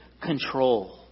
control